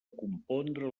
compondre